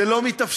זה לא מתאפשר.